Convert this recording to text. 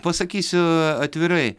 pasakysiuu atvirai